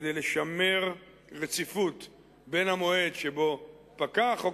כדי לשמר רציפות בין המועד שבו פקע החוק